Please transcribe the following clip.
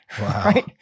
Wow